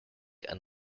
and